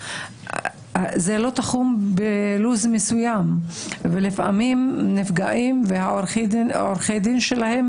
זה לא תחום בלו"ז מסוים ולפעמים הנפגעים ועורכי הדין שלהם